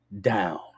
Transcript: down